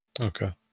Okay